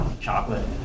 Chocolate